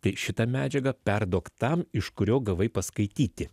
tai šitą medžiagą perduok tam iš kurio gavai paskaityti